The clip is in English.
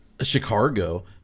Chicago